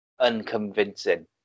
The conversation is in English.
unconvincing